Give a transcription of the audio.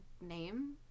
name